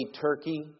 Turkey